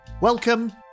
Welcome